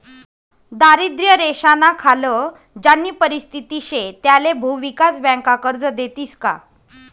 दारिद्र्य रेषानाखाल ज्यानी परिस्थिती शे त्याले भुविकास बँका कर्ज देतीस का?